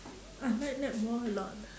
I like netball a lot